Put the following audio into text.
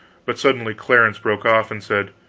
but suddenly clarence broke off and said